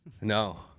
No